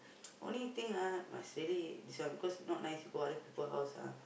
only thing ah must really this one cause not nice you go other people house ah